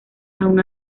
aun